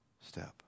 step